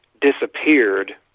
disappeared